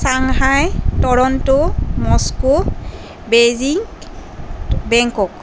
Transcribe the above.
Shanghai Toronto Moscow Beijing Bangkok